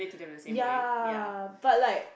ya but like